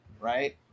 right